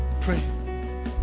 Pray